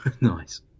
nice